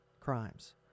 crimes